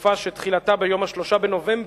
בתקופה שתחילתה ביום 3 בנובמבר,